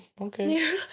Okay